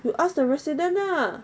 you ask the resident lah